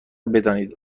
بدانید